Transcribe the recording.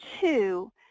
two